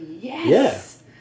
yes